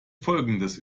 folgendes